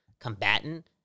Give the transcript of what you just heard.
combatant